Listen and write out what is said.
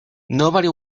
nobody